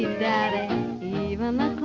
daddy even